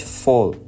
fall